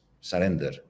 surrender